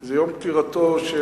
זה יום פטירתו של